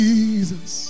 Jesus